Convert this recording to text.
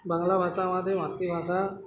বাংলা ভাষা আম মাতৃভাষা